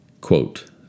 Quote